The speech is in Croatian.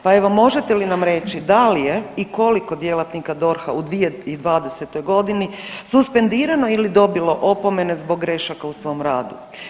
Pa evo, možete li nam reći da li je i koliko djelatnika DORH-a u 2020. g. suspendirano ili dobilo opomene zbog grešaka u svom radu?